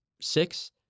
six